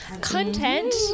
content